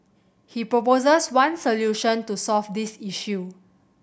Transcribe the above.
he proposes one solution to solve this issue